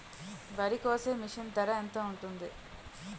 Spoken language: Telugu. వరి కోసే మిషన్ ధర ఎంత ఉంటుంది?